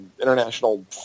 international